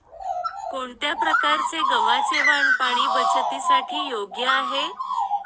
कोणत्या प्रकारचे गव्हाचे वाण पाणी बचतीसाठी योग्य आहे?